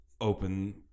Open